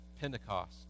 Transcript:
Pentecost